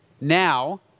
now